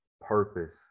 purpose